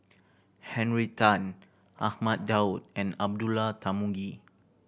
Henry Tan Ahmad Daud and Abdullah Tarmugi